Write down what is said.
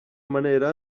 manera